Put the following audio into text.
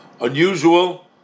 unusual